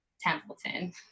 templeton